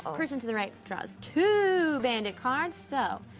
person to the right draws two bandit cards, so,